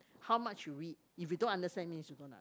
how much you read if you don't understand means you don't under